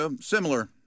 Similar